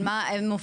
על מה מופקעת?